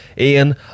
Ian